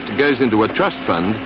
goes into a trust fund,